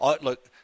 Look